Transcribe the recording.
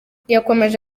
yakomeje